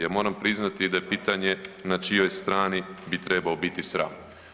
Ja moram priznati da je pitanje na čijoj strani bi trebao biti sram.